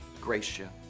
Gracia